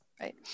Right